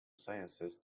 sciences